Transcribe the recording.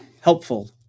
helpful